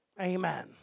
Amen